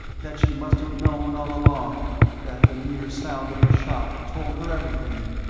that she must have known all along that the mere sound of the shot told her everything!